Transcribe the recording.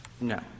No